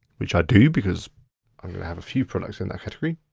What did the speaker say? which i do, because i'm gonna have a few products in that category.